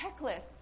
checklists